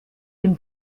dem